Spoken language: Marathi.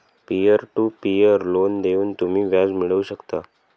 पीअर टू पीअर लोन देऊन तुम्ही व्याज मिळवू शकता